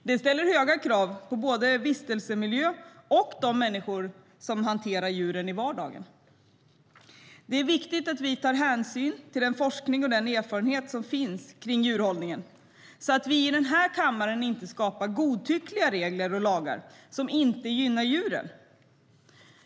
Det ställer höga krav på både vistelsemiljö och de människor som hanterar djuren i vardagen. Det är viktigt att vi tar hänsyn till den forskning och den erfarenhet som finns kring djurhållning så att vi i denna kammare inte skapar godtyckliga regler och lagar som inte gynnar djuren.